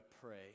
pray